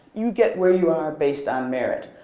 you get where you are based on merit.